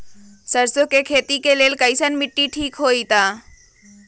सरसों के खेती के लेल कईसन मिट्टी ठीक हो ताई?